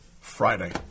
Friday